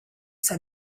said